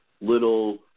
little